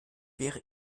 wäre